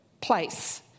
place